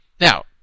Now